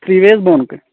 three way یَس بۄنہٕ کَنہِ